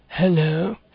Hello